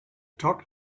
talk